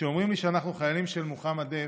כשאומרים לי "אנחנו חיילים של מוחמד דף",